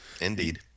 Indeed